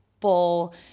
full